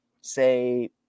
say